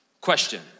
Question